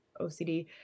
OCD